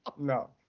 no